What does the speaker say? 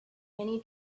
many